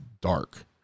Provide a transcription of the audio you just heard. dark